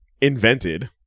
invented